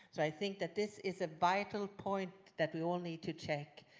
so i think that this is a vital point that we all need to check.